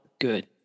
Good